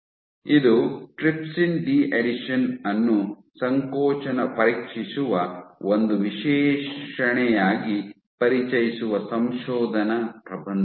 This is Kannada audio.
ಇದು ಟ್ರಿಪ್ಸಿನ್ ಡಿ ಅಡೇಷನ್ ಅನ್ನು ಸಂಕೋಚನ ಪರೀಕ್ಷಿಸುವ ಒಂದು ವಿಶ್ಲೇಷಣೆಯಾಗಿ ಪರಿಚಯಿಸುವ ಸಂಶೋಧನಾ ಪ್ರಬಂಧವಾಗಿದೆ